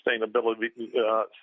sustainability